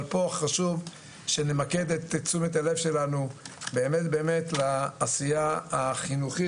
אבל פה חשוב שנמקד את תשומת הלב שלנו באמת לעשייה החינוכית.